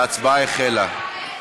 ההצבעה החלה.